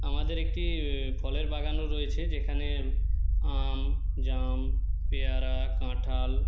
আমাদের একটি ফলের বাগানও রয়েছে যেখানে আম জাম পেয়ারা কাঁঠাল